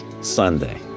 Sunday